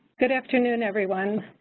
good afternoon, everyone,